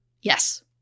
Yes